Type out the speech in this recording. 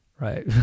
right